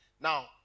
now